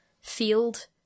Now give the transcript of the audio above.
field